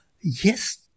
yes